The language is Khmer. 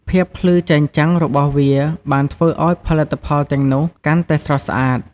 ភាពភ្លឺចែងចាំងរបស់វាបានធ្វើឱ្យផលិតផលទាំងនោះកាន់តែស្រស់ស្អាត។